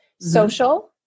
social